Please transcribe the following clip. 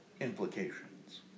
implications